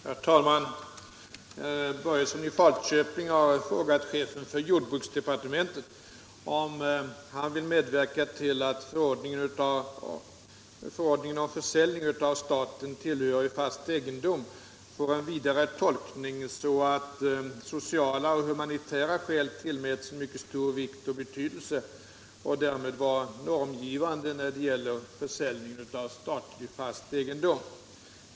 Herr talman! Herr Börjesson i Falköping har frågat chefen för jordbruksdepartementet om han vill medverka till att förordningen om försäljning av staten tillhörig fast egendom, m.m. får en vidare tolkning så att sociala och humanitära skäl tillmätes en mycket stor vikt och betydelse och därmed får vara normgivande när det gäller försäljning av statlig fast egendom.